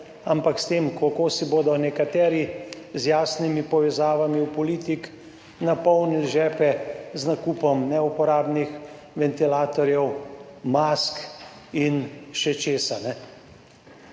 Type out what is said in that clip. ampak s tem, kako si bodo nekateri z jasnimi povezavami v politiki napolnili žepe z nakupom neuporabnih ventilatorjev, mask in še česa.